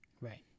right